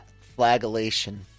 flagellation